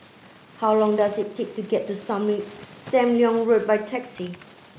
how long does it take to get to Sam Leong Road by taxi